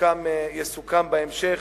שיסוכם בהמשך.